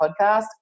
podcast